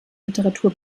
literatur